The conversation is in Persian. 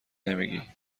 نمیگی